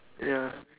ya